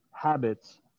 Habits